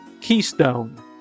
Keystone